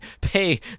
pay